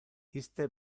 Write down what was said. iste